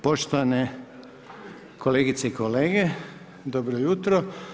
Poštovane kolegice i kolege, dobro jutro.